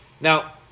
Now